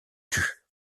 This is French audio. tue